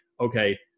okay